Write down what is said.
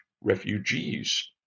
refugees